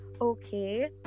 okay